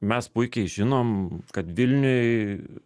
mes puikiai žinom kad vilniuj